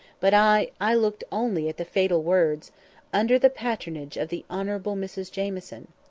but i i looked only at the fatal words under the patronage of the honourable mrs jamieson.